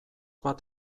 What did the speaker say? bat